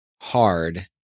hard